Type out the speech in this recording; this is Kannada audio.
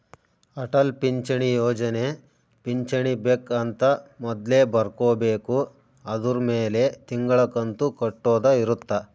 ಅಟಲ್ ಪಿಂಚಣಿ ಯೋಜನೆ ಪಿಂಚಣಿ ಬೆಕ್ ಅಂತ ಮೊದ್ಲೇ ಬರ್ಕೊಬೇಕು ಅದುರ್ ಮೆಲೆ ತಿಂಗಳ ಕಂತು ಕಟ್ಟೊದ ಇರುತ್ತ